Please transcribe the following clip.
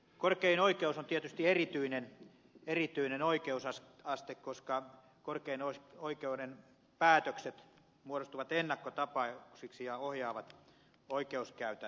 korkein oikeus on tietysti erityinen oikeusaste koska korkeimman oikeuden päätökset muodostuvat ennakkotapauksiksi ja ohjaavat oikeuskäytäntöä